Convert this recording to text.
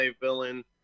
villain